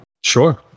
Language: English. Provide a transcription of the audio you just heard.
Sure